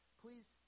please